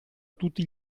tutti